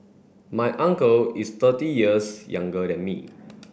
my uncle is thirty years younger than me